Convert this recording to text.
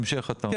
בהמשך אתה אומר.